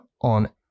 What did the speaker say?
on